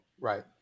right